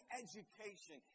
education